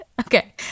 Okay